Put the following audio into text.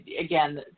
again